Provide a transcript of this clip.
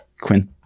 Quinn